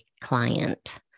client